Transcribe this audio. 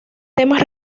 temas